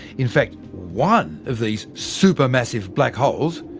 in fact, one of these supermassive black holes,